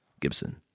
Gibson